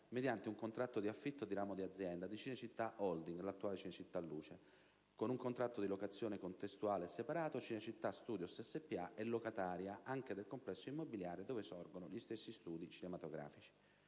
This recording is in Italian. mediante un contratto di affitto di ramo d'azienda di Cinecittà Holding (l'attuale Cinecittà Luce); con un contratto di locazione, contestuale e separato, Cinecittà Studios SpA è locataria anche del complesso immobiliare dove sorgono gli stessi studi cinematografici.